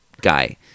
guy